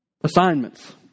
assignments